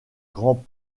grand